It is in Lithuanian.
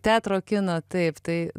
teatro kino taip tai